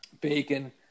Bacon